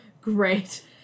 Great